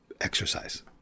exercise